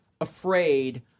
afraid